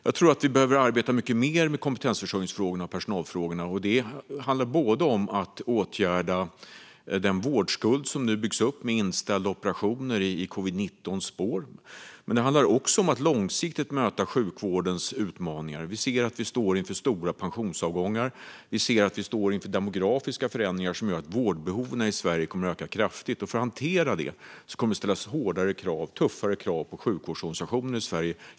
Jag tror att vi behöver arbeta mycket mer med kompetensförsörjnings och personalfrågorna. Det handlar dels om att åtgärda den vårdskuld som nu byggs upp med inställda operationer i spåren av covid-19. Det handlar dels också om att långsiktigt möta sjukvårdens utmaningar. Vi står inför stora pensionsavgångar och även inför demografiska förändringar som gör att vårdbehoven i Sverige kraftigt kommer att öka. För att hantera det kommer det att ställas hårdare och tuffare krav på sjukvårdsorganisationerna i Sverige.